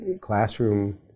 classroom